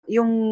Yung